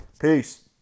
Peace